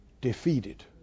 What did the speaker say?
defeated